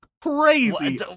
Crazy